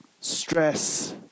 stress